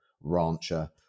Rancher